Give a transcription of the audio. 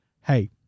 hey